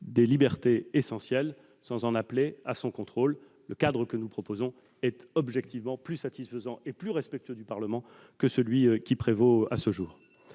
aux libertés essentielles sans en appeler à son contrôle. Le cadre que nous proposons est objectivement plus satisfaisant et plus respectueux du Parlement que celui qui prévaut à ce jour.